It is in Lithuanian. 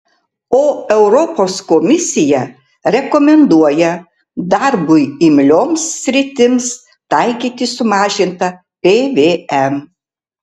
o europos komisija rekomenduoja darbui imlioms sritims taikyti sumažintą pvm